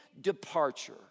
departure